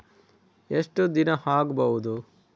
ಎಷ್ಟು ದಿನ ಆಗ್ಬಹುದು?